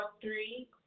three